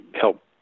help